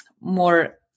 more